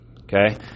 okay